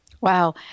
Wow